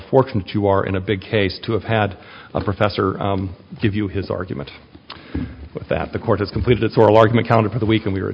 fortunate you are in a big case to have had a professor give you his argument that the court has completed its oral argument counted for the week and we were